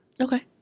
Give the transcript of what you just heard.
Okay